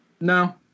No